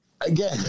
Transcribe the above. again